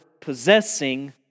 possessing